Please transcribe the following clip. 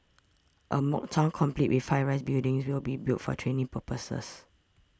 a mock town complete with high rise buildings will be built for training purposes